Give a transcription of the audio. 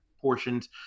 portions